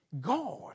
God